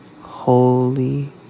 Holy